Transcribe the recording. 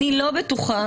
איני בטוחה